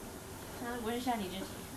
忘了我还在这边吗